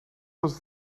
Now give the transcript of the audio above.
was